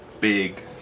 big